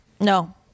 No